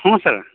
ಹ್ಞೂ ಸರ್